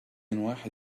واحد